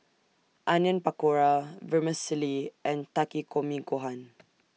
Onion Pakora Vermicelli and Takikomi Gohan